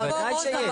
בוודאי שיש.